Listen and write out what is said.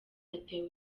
atewe